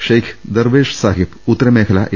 shake Darvesh Sahib ഉത്തരമേഖലാ A